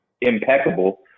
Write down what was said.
impeccable